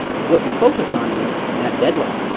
what you're focused on is that deadline.